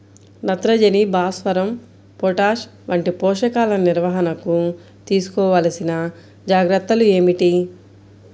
నత్రజని, భాస్వరం, పొటాష్ వంటి పోషకాల నిర్వహణకు తీసుకోవలసిన జాగ్రత్తలు ఏమిటీ?